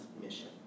mission